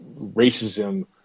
racism